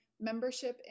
membership